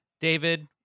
David